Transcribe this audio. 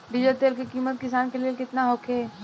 Diesel तेल के किमत किसान के लेल केतना होखे?